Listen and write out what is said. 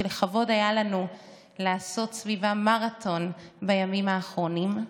שלכבוד היה לנו לעשות סביבה מרתון בימים האחרונים,